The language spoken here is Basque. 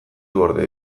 gorde